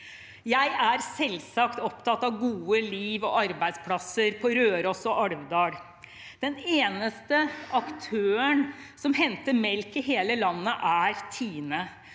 Jeg er selvsagt opptatt av gode liv og arbeidsplasser på Røros og i Alvdal. Den eneste aktøren som henter melk i hele landet, er Tine.